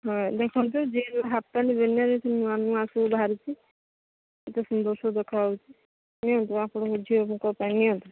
ହଁ ଦେଖନ୍ତୁ ଜିନ୍ର ହାପ୍ ପ୍ୟାଣ୍ଟ୍ ବେନିୟନ୍ ସବୁ ନୂଆ ନୂଆ ସବୁ ବାହାରିଛି କେତେ ସୁନ୍ଦର ସବୁ ଦେଖା ଯାଉଛି ନିଅନ୍ତୁ ଆପଣଙ୍କ ଝିଅଙ୍କପାଇଁ ନିଅନ୍ତୁ